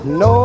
no